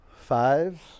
Five